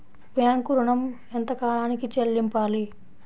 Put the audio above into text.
Bank ఋణం ఎంత కాలానికి చెల్లింపాలి?